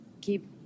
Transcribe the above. keep